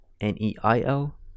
N-E-I-L